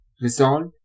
resolved